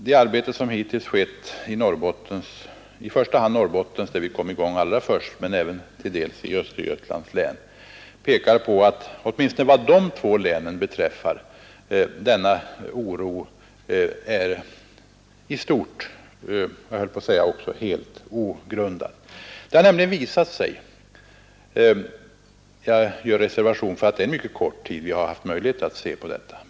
Det arbete som hittills bedrivits i första hand i Norrbottens län, där vi kommit i gång allra först, men även till en del i Östergötlands län, pekar på att åtminstone vad beträffar dessa två län denna oro i stort — jag höll på att säga helt — är ogrundad. Jag gör dock den reservationen att vi endast under en mycket kort tid haft möjlighet att studera detta.